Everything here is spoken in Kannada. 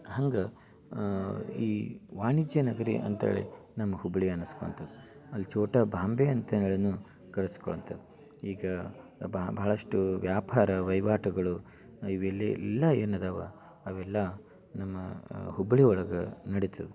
ಹಂಗೆ ಈ ವಾಣಿಜ್ಯ ನಗರಿ ಅಂಥೇಳಿ ನಮ್ಮ ಹುಬ್ಬಳ್ಳಿ ಅನ್ನಿಸ್ಕೊಂಥದ್ದು ಅಲ್ಲಿ ಚೋಟಾ ಬಾಂಬೆ ಅಂತ ಹೇಳಿಯೂ ಕರ್ಸ್ಕೊಳ್ತು ಈಗ ಬಹಳಷ್ಟು ವ್ಯಾಪಾರ ವಹಿವಾಟುಗಳು ಇವಿಲ್ಲಿ ಎಲ್ಲ ಏನು ಅದಾವ ಅವೆಲ್ಲ ನಮ್ಮ ಹುಬ್ಬಳ್ಳಿ ಒಳಗೆ ನಡಿತದೆ